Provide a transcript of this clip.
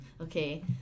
okay